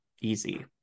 Easy